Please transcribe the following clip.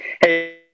Hey